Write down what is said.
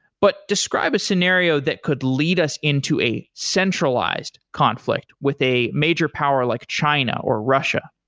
but describe a scenario that could lead us into a centralized conflict with a major power like china or russia.